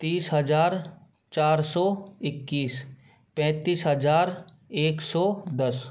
तीस हज़ार चार सौ इक्कीस पैंतीस हज़ार एक सौ दस